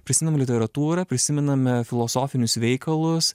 prisimenam literatūrą prisimename filosofinius veikalus